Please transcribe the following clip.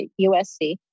USC